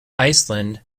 iceland